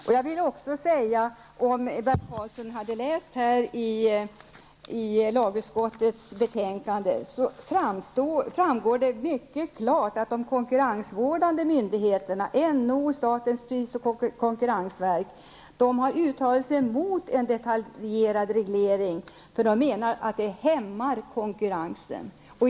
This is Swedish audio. Om Bert Karlsson hade läst lagutskottets betänkande, skulle han sett att det där mycket klart framgår att de konkurrensvårdande myndigheterna -- NO och statens pris och konkurrensverk -- har uttalat sig mot en detaljerad reglering, eftersom de menar att det hämmar konkurrensen.